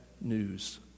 news